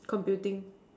computing